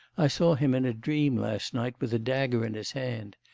i saw him in a dream last night with a dagger in his hand.